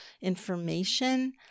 information